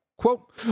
Quote